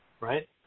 right